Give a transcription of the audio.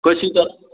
कशी त